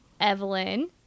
evelyn